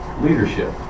leadership